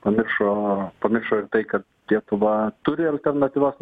pamiršo pamiršo ir tai kad lietuva turi alternatyvas